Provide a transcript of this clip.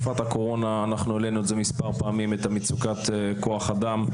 העלנו מספר פעמים את מצוקת הכוח אדם,